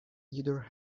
either